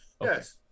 yes